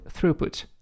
throughput